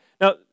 Now